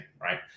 right